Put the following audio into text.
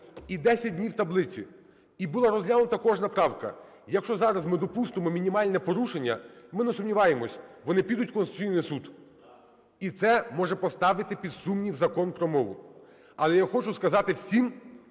і 10 днів таблиці, і була розглянута кожна правка. Якщо зараз ми допустимо мінімальне порушення, ми не сумніваємося - вони підуть в Конституційний Суд, і це може поставити під сумнів Закон про мову. Але я хочу сказати всім,